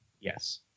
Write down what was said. Yes